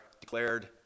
declared